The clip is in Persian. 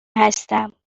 هستم